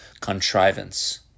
contrivance